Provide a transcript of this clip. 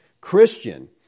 Christian